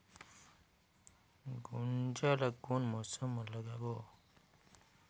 गुनजा ला कोन मौसम मा लगाबो?